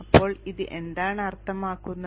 അപ്പോൾ ഇത് എന്താണ് അർത്ഥമാക്കുന്നത്